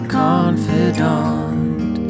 confidant